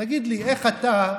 תגיד לי, איך אתה,